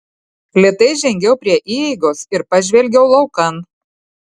lėtai žengiau prie įeigos ir pažvelgiau laukan